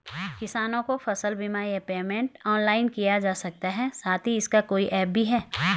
किसानों को फसल बीमा या पेमेंट ऑनलाइन किया जा सकता है साथ ही इसका कोई ऐप भी है?